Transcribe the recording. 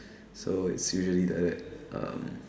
so it's usually like that